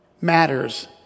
matters